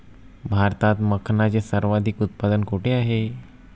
भारतात मखनाचे सर्वाधिक उत्पादन कोठे होते?